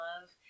love